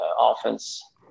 offense